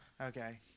Okay